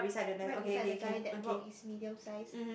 right beside the guy that rock is medium size